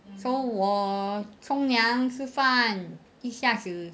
so 我冲凉吃饭一下子